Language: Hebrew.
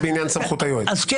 היועץ.